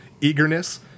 eagerness